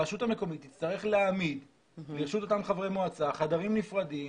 הרשות המקומית תצטרך להעמיד לרשות אותם חברי מועצה חדרים נפרדים